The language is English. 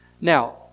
Now